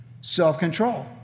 self-control